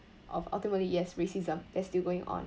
of ultimately yes racism that's still going on